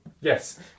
Yes